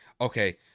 okay